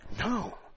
No